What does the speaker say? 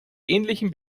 ähnlichen